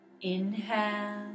inhale